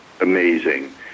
amazing